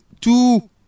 two